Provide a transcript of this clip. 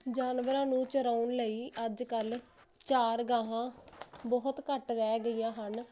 ਜਾਨਵਰਾਂ ਨੂੰ ਚਰਾਉਣ ਲਈ ਅੱਜ ਕੱਲ ਚਾਰ ਗਾਹਾਂ ਬਹੁਤ ਘੱਟ ਰਹਿ ਗਈਆਂ ਹਨ